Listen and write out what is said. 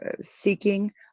seeking